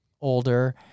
older